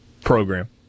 program